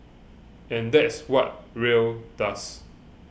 and that's what Rae does